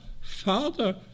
Father